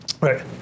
right